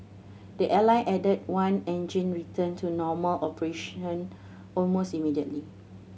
the airline added that one engine returned to normal operation almost immediately